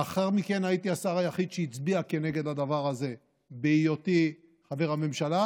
לאחר מכן הייתי השר היחיד שהצביע כנגד הדבר הזה בהיותי חבר הממשלה,